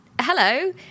hello